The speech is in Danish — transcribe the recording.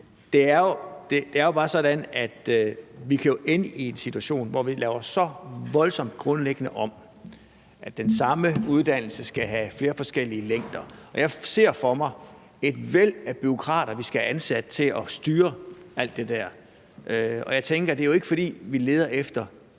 Det er bare sådan, at vi kan ende i en situation, hvor vi laver så voldsomt, grundlæggende om, at den samme uddannelse skal have flere forskellige længder, og jeg ser for mig et væld af bureaukrater, vi skal have ansat til at styre alt det der. Og jeg tænker: Det er jo ikke, fordi vi leder efter